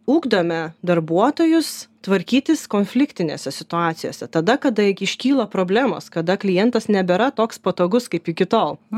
ugdome darbuotojus tvarkytis konfliktinėse situacijose tada kada iškyla problemos kada klientas nebėra toks patogus kaip iki tol